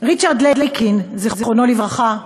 ריצ'רד לייקין, זיכרונו לברכה,